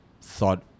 thought